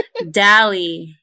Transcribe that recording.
Dali